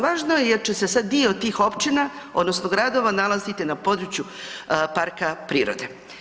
Važno je jer će se sad dio tih općina, odnosno gradova nalaziti na području parka prirode.